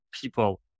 people